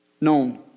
known